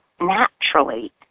naturally